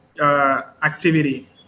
activity